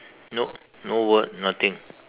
no no word nothing